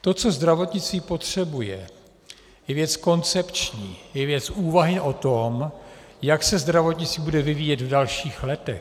To, co zdravotnictví potřebuje, je věc koncepční, je věc úvahy o tom, jak se zdravotnictví bude vyvíjet v dalších letech.